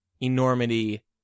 enormity